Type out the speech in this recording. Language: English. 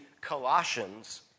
Colossians